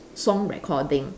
song recording